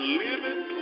living